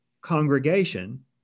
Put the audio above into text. congregation